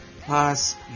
Pass